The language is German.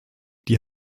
die